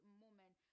moment